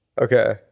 Okay